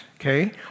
okay